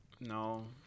No